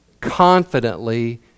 confidently